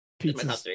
Pizza